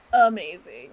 amazing